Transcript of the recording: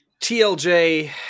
TLJ